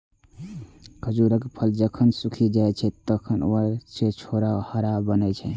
खजूरक फल जखन सूखि जाइ छै, तं ओइ सं छोहाड़ा बनै छै